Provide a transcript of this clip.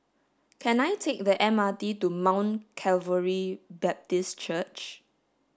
can I take the M R T to Mount Calvary Baptist Church